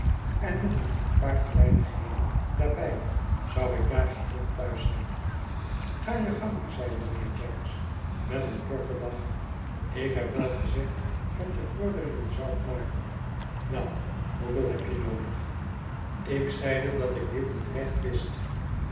en nog een paar kleimgheden daarbij zou ik daar geheel thuis zijn ga je gang maar zeide mijnheer jaggers met een korten lach ik heb wel gezegd dat je vorderingen zoudt maken wel hoeveel heb je noodig ik zeide dat ik dit niet recht wist